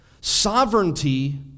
Sovereignty